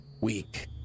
weak